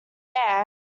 air